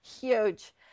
Huge